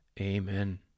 Amen